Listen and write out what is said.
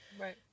Right